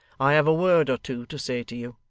i have a word or two to say to you